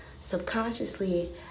subconsciously